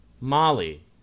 Molly